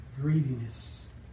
greediness